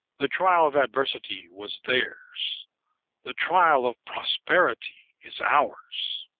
the trial of adversity was theirs the trial of prosperity is ours.